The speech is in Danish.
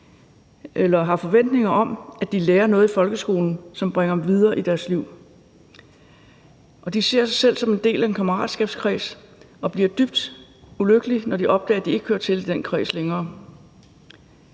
elever har forventninger om, at de lærer noget i folkeskolen, som bringer dem videre i deres liv, og at de ser sig selv som en del af en kammeratskabskreds og bliver dybt ulykkelige, når de opdager, at de ikke hører til i den kreds længere.